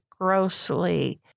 grossly